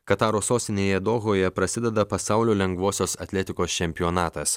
kataro sostinėje dohoje prasideda pasaulio lengvosios atletikos čempionatas